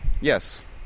Yes